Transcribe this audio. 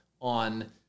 on